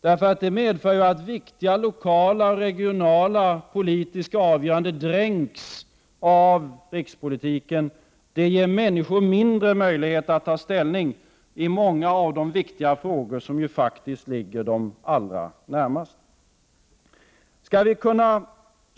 Det medför att viktiga lokala och regionala politiska avgöranden dränks av rikspolitiken. Det ger människor mindre möjlighet att ta ställning i många viktiga frågor som ju faktiskt ligger dem allra närmast.